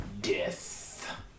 death